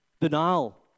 Denial